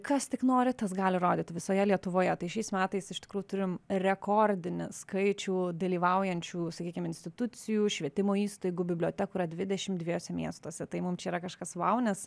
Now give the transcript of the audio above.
kas tik nori tas gali rodyti visoje lietuvoje tai šiais metais iš tikrųjų turim rekordinį skaičių dalyvaujančių sakykim institucijų švietimo įstaigų bibliotekų yra dvidešim dviejuose miestuose tai mum čia yra kažkas vau nes